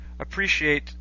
appreciate